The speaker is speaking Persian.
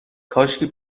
کاشکی